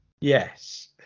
yes